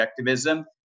objectivism